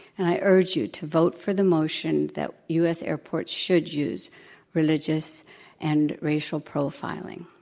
and i urge you to vote for the motion that u. s. airports should use religious and racial profiling.